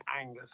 angus